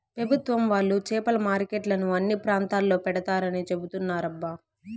పెభుత్వం వాళ్ళు చేపల మార్కెట్లను అన్ని ప్రాంతాల్లో పెడతారని చెబుతున్నారబ్బా